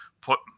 put